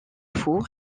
four